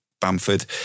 Bamford